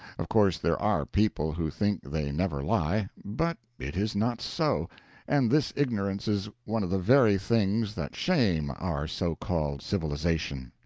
of course there are people who think they never lie, but it is not so and this ignorance is one of the very things that shame our so-called civilization.